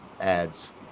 ads